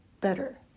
better